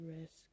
risk